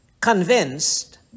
convinced